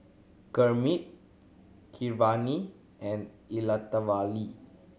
Gurmeet Keeravani and Elattuvalali